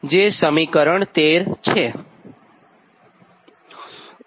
જે સમીકરણ 13 થશે